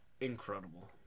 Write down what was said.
incredible